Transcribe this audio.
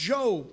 Job